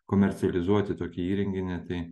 komercializuoti tokį įrenginį tai